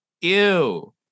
ew